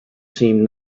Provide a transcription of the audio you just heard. seemed